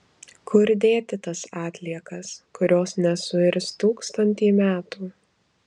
kur dėti tas atliekas kurios nesuirs tūkstantį metų